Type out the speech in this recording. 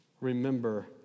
Remember